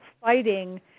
fighting